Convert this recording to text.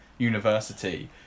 university